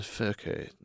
Okay